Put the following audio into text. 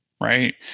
Right